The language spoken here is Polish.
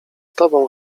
tobą